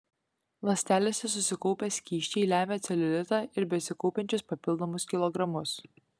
ląstelėse susikaupę skysčiai lemia celiulitą ir besikaupiančius papildomus kilogramus